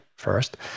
first